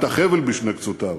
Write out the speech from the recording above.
את החבל בשני קצותיו,